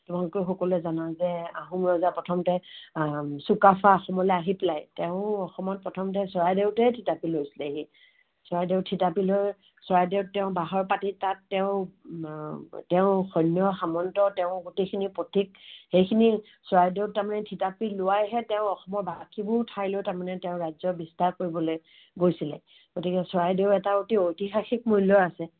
তোমালোকে সকলোৱে জানা যে আহোম ৰজা প্ৰথমতে চুকাফা অসমলৈ আহি পেলাই তেওঁ অসমত প্ৰথমতে চৰাইদেউতহে থিতাপি লৈছিলেহি চৰাইদেউত থিতাপি লৈ চৰাইদেউত তেওঁ বাহৰ পাতি তাত তেওঁ তেওঁ সৈন্য সামন্ত তেওঁ গোটেইখিনি পাতি সেইখিনি চৰাইদেউত তাৰমানে থিতাপি লোৱাইহে তেওঁ অসমত বাকীবোৰ ঠাইলৈ তাৰমানে তেওঁ ৰাজ্য বিস্তাৰ কৰিবলৈ গৈছিলে গতিকে চৰাইদেউৰ এটা অতি ঐতিহাসিক মূল্য আছে